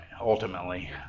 ultimately